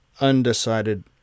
Undecided